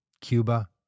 Cuba